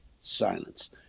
silence